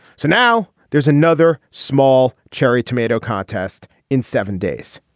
so now there's another small cherry tomato contest in seven days.